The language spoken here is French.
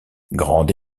grande